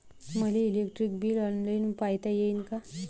मले electric bill online पायता येईन का?